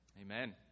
Amen